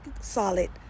solid